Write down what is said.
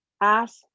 Ask